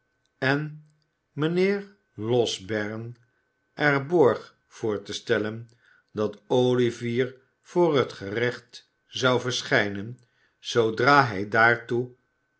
en mijnheer losberne er borg voor te stellen dat olivier voor het gerecht zou verschijnen zoodra hij daartoe